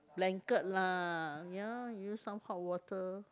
blanket lah ya use some hot water